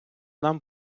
нам